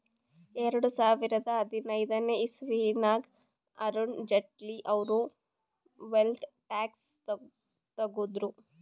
ಎರಡು ಸಾವಿರದಾ ಹದಿನೈದನೇ ಇಸವಿನಾಗ್ ಅರುಣ್ ಜೇಟ್ಲಿ ಅವ್ರು ವೆಲ್ತ್ ಟ್ಯಾಕ್ಸ್ ತಗುದ್ರು